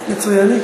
ועדה,